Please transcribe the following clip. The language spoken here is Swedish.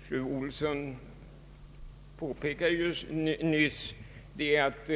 Fru Olsson påpekade nyss att